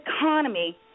economy